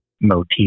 motif